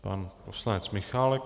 Pan poslanec Michálek.